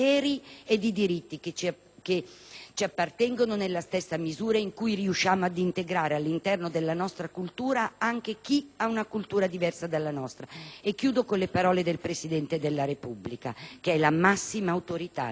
che ci appartengono nella stessa misura in cui riusciamo ad integrare nella nostra cultura anche chi è portatore di una cultura diversa. Concludo ricordando le parole del Presidente della Repubblica, che è la massima autorità all'interno del nostro Paese: